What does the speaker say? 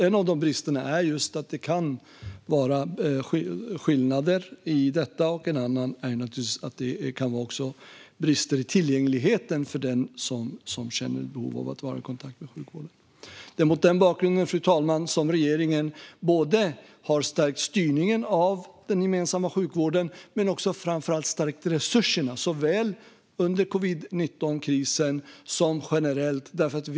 En av de bristerna är just att det kan vara skillnader i detta. En annan är att det kan vara brister i tillgängligheten för den som känner ett behov av att vara i kontakt med sjukvården. Fru talman! Det är mot den bakgrunden som regeringen har stärkt styrningen av den gemensamma sjukvården men framför allt stärkt resurserna såväl under covid-19-krisen som generellt.